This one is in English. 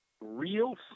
real